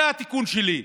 זה התיקון שלי.